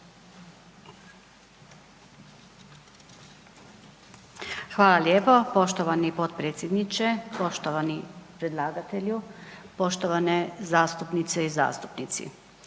Hvala lijepo poštovani potpredsjedniče. Poštovani predlagatelju, poštovane zastupnice i zastupnici.